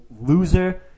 loser